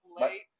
late